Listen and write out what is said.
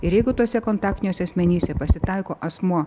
ir jeigu tuose kontaktiniuose asmenyse pasitaiko asmuo